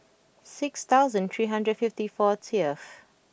six thousand three hundred fifty fortieth